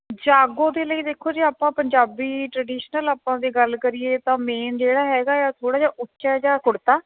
ਜਾਗੋ ਦੇ ਲਈ ਦੇਖੋ ਜੀ ਆਪਾਂ ਪੰਜਾਬੀ ਟ੍ਰਡੀਸ਼ਨਲ ਆਪਾਂ ਜੇ ਗੱਲ ਕਰੀਏ ਤਾਂ ਮੇਨ ਜਿਹੜਾ ਹੈਗਾ ਆ ਤੁਹਾਡਾ ਜਿਹਾ ਉੱਚਾ ਜਿਹਾ ਕੁੜਤਾ